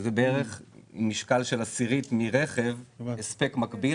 שזה בערך משקל של עשירית מרכב הספק מגביל,